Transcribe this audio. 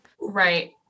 Right